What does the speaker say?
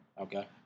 Okay